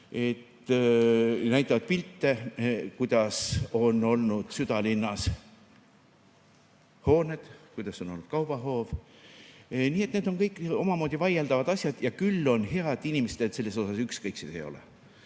ja näitavad pilte, kuidas on olnud südalinnas hooned, kuidas on olnud kaubahoov. Nii et need on kõik omamoodi vaieldavad asjad. Ja küll on hea, et inimesed selles suhtes ükskõiksed ei ole.